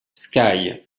sky